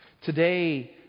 Today